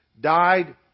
died